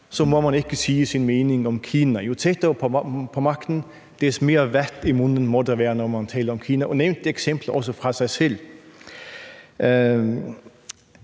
så må man ikke sige sin mening om Kina. Jo tættere man er på magten, des mere vat i munden må der være, når man taler om Kina. Og han nævnte også et eksempel om sig selv.